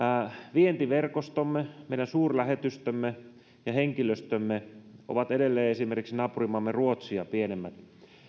vientiverkostomme meidän suurlähetystömme ja henkilöstömme ovat edelleen esimerkiksi naapurimaatamme ruotsia pienemmät